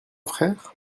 frère